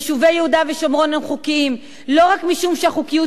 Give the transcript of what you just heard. יישובי יהודה ושומרון הם חוקיים לא רק משום שהחוקיות